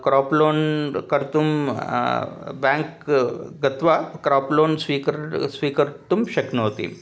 crop loan कर्तुं bank गत्वा crop loan स्वीकृत्य स्वीकर्तुं शक्नोति